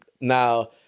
now